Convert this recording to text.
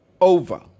over